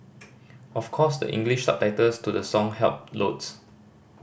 of course the English subtitles to the song helped loads